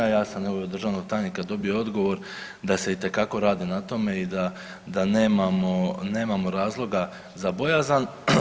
Ja sam evo od državnog tajnika dobio odgovor, da se itekako radi na tome i da nemamo razloga za bojazan.